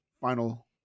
final